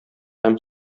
һәм